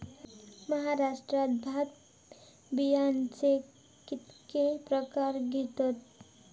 महाराष्ट्रात भात बियाण्याचे कीतके प्रकार घेतत?